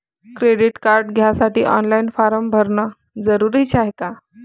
Credit card घ्यासाठी online form भरन जरुरीच हाय का?